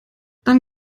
dann